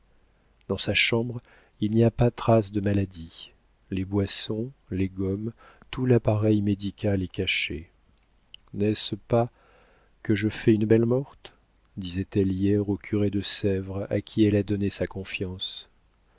dans sa chambre il n'y a pas trace de maladie les boissons les gommes tout l'appareil médical est caché n'est-ce pas que je fais une belle mort disait-elle hier au curé de sèvres à qui elle a donné sa confiance